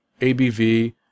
abv